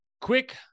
quick